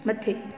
मथे